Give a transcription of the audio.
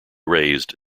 raised